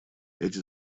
эти